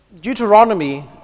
Deuteronomy